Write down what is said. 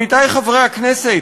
עמיתי חברי הכנסת,